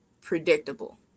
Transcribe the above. predictable